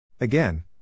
Again